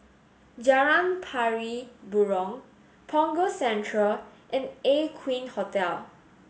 Jalan Pari Burong Punggol Central and Aqueen Hotel